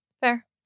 Fair